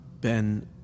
ben